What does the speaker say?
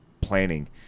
Planning